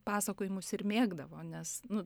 pasakojimus ir mėgdavo nes nu